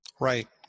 Right